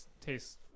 tastes